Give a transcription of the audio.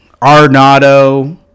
Arnado